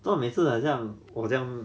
做么每次好像我这样